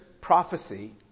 prophecy